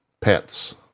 pets